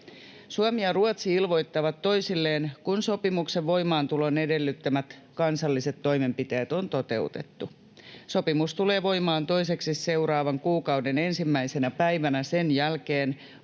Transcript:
Suomi ja Ruotsi ilmoittavat toisilleen, kun sopimuksen voimaantulon edellyttämät kansalliset toimenpiteet on toteutettu. Sopimus tulee voimaan toiseksi seuraavan kuukauden ensimmäisenä päivänä sen jälkeen,